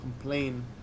complain